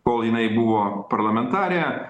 kol jinai buvo parlamentarė